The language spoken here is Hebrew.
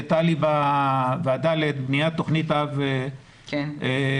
גם בוועדה לבניית תוכנית אב לאומית,